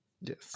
yes